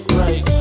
right